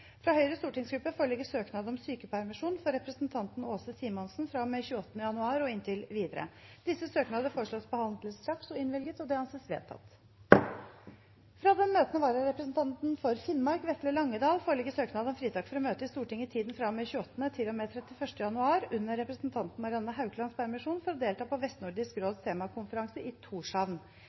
fra Høyres stortingsgruppe om sykepermisjon for representanten Aase Simonsen fra og med 28. januar og inntil videre Disse søknader foreslås behandlet straks og innvilget. – Det anses vedtatt. Fra den møtende vararepresentanten for Finnmark, Vetle Langedahl , foreligger søknad om fritak fra å møte i Stortinget i tiden fra og med 28. til og med 31. januar under representanten Marianne Hauklands permisjon, for å delta på Vestnordisk råds temakonferanse i